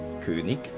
König